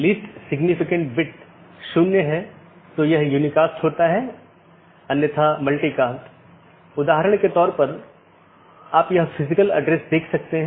क्योंकि प्राप्त करने वाला स्पीकर मान लेता है कि पूर्ण जाली IBGP सत्र स्थापित हो चुका है यह अन्य BGP साथियों के लिए अपडेट का प्रचार नहीं करता है